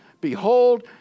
Behold